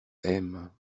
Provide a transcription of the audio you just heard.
aime